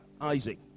Isaac